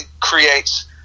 creates